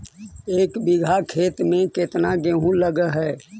एक बिघा खेत में केतना गेहूं लग है?